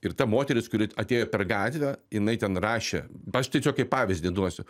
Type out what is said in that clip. ir ta moteris kuri atėjo per gatvę jinai ten rašė aš tiesiog kaip pavyzdį duosiu